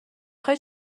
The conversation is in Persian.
خوای